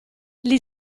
gli